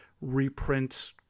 reprint